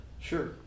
Sure